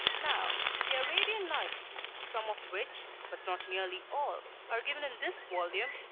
now the arabian nights, some of which, but not nearly all, are given in this volume,